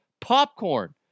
Popcorn